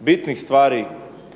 bitnih stvari